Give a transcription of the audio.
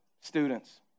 students